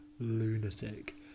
lunatic